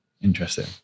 Interesting